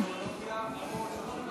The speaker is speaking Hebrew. תקשיב, ארכיאולוגיה, או שעושים מזה ביזנס?